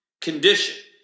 condition